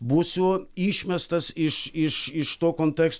būsiu išmestas iš iš iš to konteksto